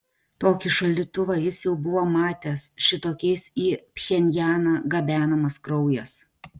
tokį šaldytuvą jis jau buvo matęs šitokiais į pchenjaną gabenamas kraujas